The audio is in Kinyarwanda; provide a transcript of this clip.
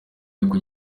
aruko